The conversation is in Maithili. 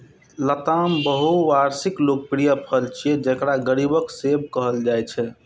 लताम बहुवार्षिक लोकप्रिय फल छियै, जेकरा गरीबक सेब कहल जाइ छै